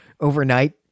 overnight